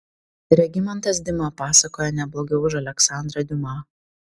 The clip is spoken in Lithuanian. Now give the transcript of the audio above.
regimantas dima pasakoja ne blogiau už aleksandrą diuma